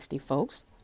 folks